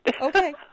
Okay